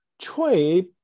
trade